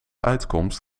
uitkomst